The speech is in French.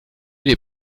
les